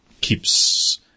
keeps